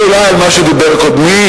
או אולי על מה שדיבר קודמי,